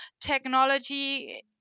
technology